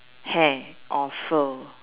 hair or fur